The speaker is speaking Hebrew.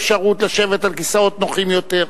אפשרות לשבת על כיסאות נוחים יותר.